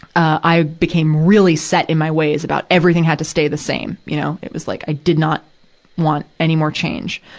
i became really set in my ways about, everything had to stay the same. you know, it was like, i did not want any more change.